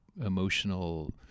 emotional